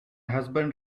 husband